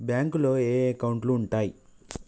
బ్యాంకులో ఏయే అకౌంట్లు ఉంటయ్?